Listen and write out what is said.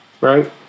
right